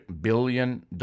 billion